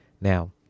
Now